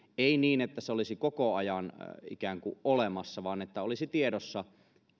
ei niin että se olisi koko ajan ikään kuin olemassa vaan että olisi tiedossa